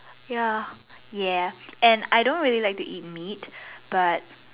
ya ya and I don't really like to eat meat but